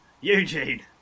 Eugene